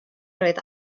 roedd